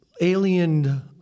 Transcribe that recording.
alien